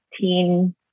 teen